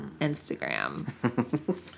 Instagram